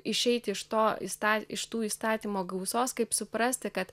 išeiti iš to įsta iš tų įstatymų gausos kaip suprasti kad